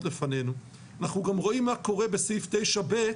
לפנינו ואנחנו גם רואים מה קורה בסעיף 9/ב'